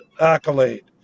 accolade